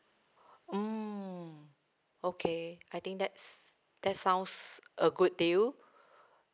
mm okay I think that's that sounds a good deal